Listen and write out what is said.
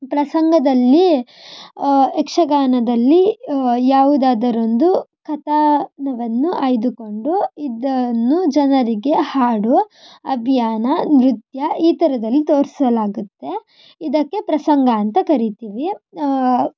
ಪ್ರಸಂಗದಲ್ಲಿ ಯಕ್ಷಗಾನದಲ್ಲಿ ಯಾವುದಾದರೊಂದು ಕಥನವನ್ನು ಆಯ್ದುಕೊಂಡು ಇದನ್ನು ಜನರಿಗೆ ಹಾಡು ಅಭಿಯಾನ ನೃತ್ಯ ಈ ಥರದಲ್ಲಿ ತೋರಿಸಲಾಗತ್ತೆ ಇದಕ್ಕೆ ಪ್ರಸಂಗ ಅಂತ ಕರಿತೀವಿ